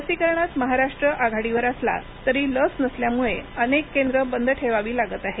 लसीकरणात महाराष्ट्र आघाडीवर असला तरी लस नसल्यामुळे अनेक केंद्र बंद ठेवावी लागत आहेत